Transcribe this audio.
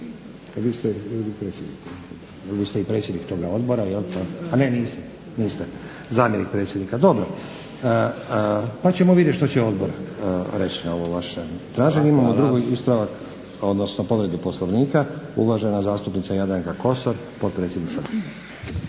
Vi ste i predsjednik toga odbora jel? A ne niste, zamjenik predsjednika. Dobro, pa ćemo vidjeti što će odbor reći na ovo vaše traženje. Imamo drugi ispravak odnosno povredu Poslovnika, uvažena zastupnica Jadranka Kosor potpredsjednica.